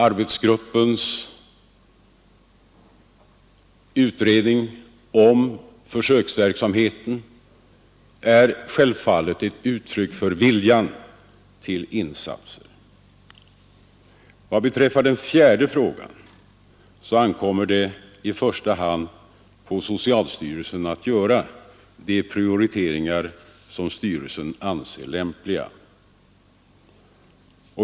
Arbetsgruppens utredning om försöksverksamheten är självfallet ett uttryck för viljan till insatser. Vad beträffar den fjärde frågan ankommer det i första hand på socialstyrelsen att göra de prioriteringar som styrelsen anser lämpliga.